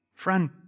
Friend